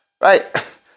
Right